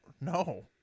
no